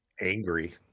angry